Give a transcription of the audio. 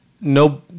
no